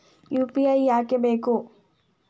UPI ಯಾಕ್ ಬೇಕು?